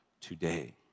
today